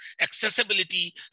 accessibility